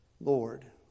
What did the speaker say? Lord